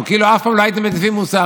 כאילו אף פעם לא הייתם מטיפים מוסר.